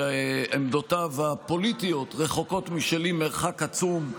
שעמדותיו הפוליטיות רחוקות משלי מרחק עצום,